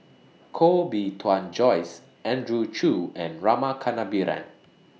Koh Bee Tuan Joyce Andrew Chew and Rama Kannabiran